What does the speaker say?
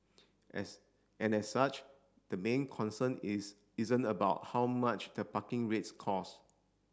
as and as such the main concern is isn't about how much the parking rates cost